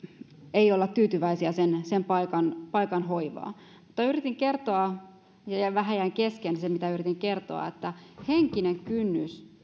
ei olla tyytyväisiä paikan paikan hoivaan mutta yritin kertoa ja vähän jäi kesken se mitä yritin kertoa että henkinen kynnys